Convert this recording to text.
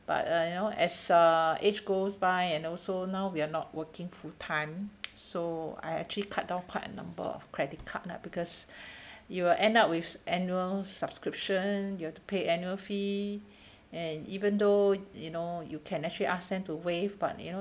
but uh you know as uh age goes by and also now we're not working full time so I actually cut down quite a number of credit card ah because you will end up with annual subscription you have to pay annual fee and even though you know you can actually ask them to waive but you know